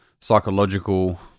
psychological